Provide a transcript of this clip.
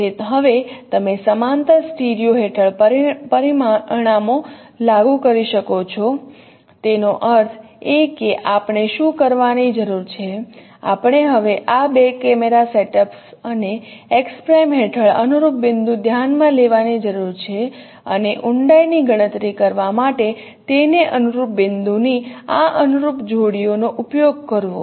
તેથી હવે તમે સમાંતર સ્ટીરિઓ હેઠળ પરિણામો લાગુ કરી શકો છો તેનો અર્થ એ કે આપણે શું કરવાની જરૂર છે આપણે હવે આ 2 કેમેરા સેટઅપ્સ અને x' હેઠળ અનુરૂપ બિંદુ ધ્યાનમાં લેવાની જરૂર છે અને ઊંડાઈ ની ગણતરી કરવા માટે તેને અનુરૂપ બિંદુ ની આ અનુરૂપ જોડીનો ઉપયોગ કરવો